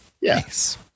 Yes